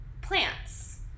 plants